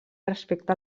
respecte